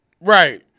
Right